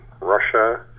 Russia